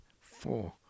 four